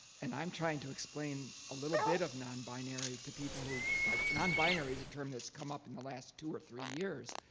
and i'm trying to explain a little bit of non-binary to people who like non-binary is a term that's come up in the last two or three years.